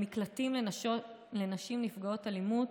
למקלטים לנשים נפגעות אלימות,